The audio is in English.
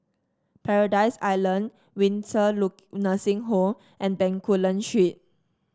Paradise Island Windsor Nursing Home and Bencoolen Street